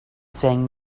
saying